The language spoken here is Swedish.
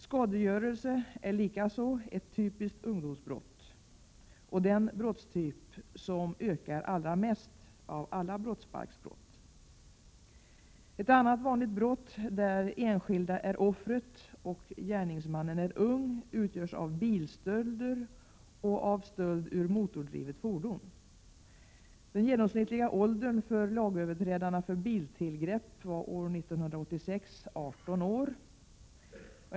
Skadegörelse är likaså ett typiskt ungdomsbrott och den brottstyp som ökar allra mest av alla brottsbalksbrott. Ett annat vanligt brott, där enskilda är offret och gärningsmannen är ung, utgörs av bilstölder och av stöld ur motordrivet fordon. 1986 var den genomsnittliga åldern för lagöverträdarna vid biltillgrepp 18 år.